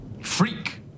Freak